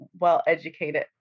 well-educated